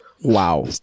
Wow